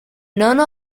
none